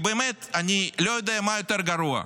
אני באמת לא יודע מה יותר גרוע.